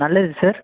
நல்லது சார்